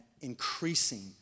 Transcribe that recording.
increasing